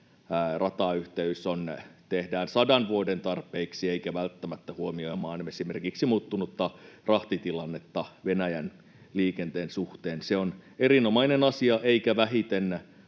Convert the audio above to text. ratayhteys tehdään sadan vuoden tarpeiksi eikä välttämättä huomioimaan esimerkiksi muuttunutta rahtitilannetta Venäjän-liikenteen suhteen. Se on erinomainen asia eikä vähiten